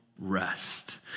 rest